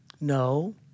No